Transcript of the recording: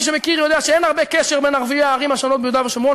מי שמכיר יודע שאין הרבה קשר בין ערביי הערים השונות ביהודה ושומרון,